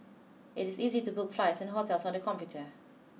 it is easy to book flights and hotels on the computer